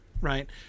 right